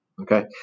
Okay